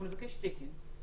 אנחנו נבקש תקן.